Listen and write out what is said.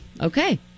Okay